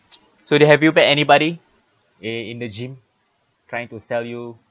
so then have you met anybody in in the gym trying to sell you